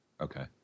Okay